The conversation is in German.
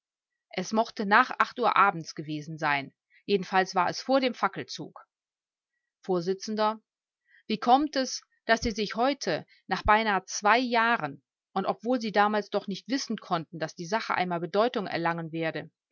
es mochte nach acht uhr abends gewesen sein jedenfalls war es vor dem fackelzug vors wie kommt es daß sie sich heute nach beinahe zwei jahren und obwohl sie damals doch nicht wissen konnten daß die sache einmal bedeutung erlangen werde